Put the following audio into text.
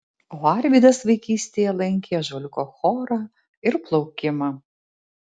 o arvydas vaikystėje lankė ąžuoliuko chorą ir plaukimą